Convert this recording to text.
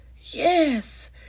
Yes